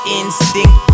instinct